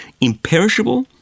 imperishable